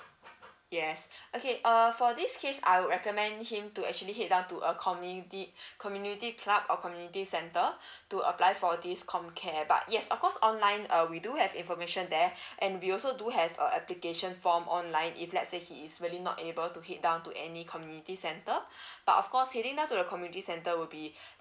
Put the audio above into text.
yes okay err for this case I would recommend him to actually head down to a community community club or community centre to apply for this comcare but yes of course online uh we do have information there and we also do have a application form online if let's say he is really not able to head down to any community centre but of course heading down to the community centre will be